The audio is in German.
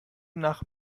nach